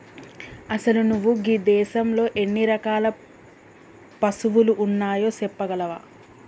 అసలు నువు గీ దేసంలో ఎన్ని రకాల పసువులు ఉన్నాయో సెప్పగలవా